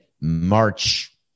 March